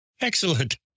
Excellent